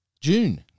June